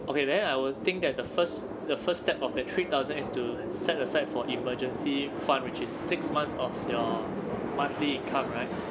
okay then I will think that the first the first step of the three thousand is to set aside for emergency fund which is six months of your monthly income right